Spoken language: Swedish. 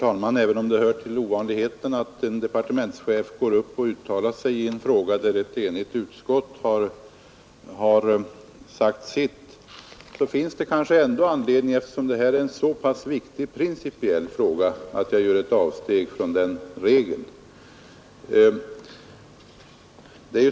Herr talman! Det hör inte till vanligheten att en departementschef uttalar sig i ett ärende där utskottet är enigt, men det finns kanske anledning, eftersom detta är en principiellt så viktig fråga, att jag gör ett avsteg från den regeln.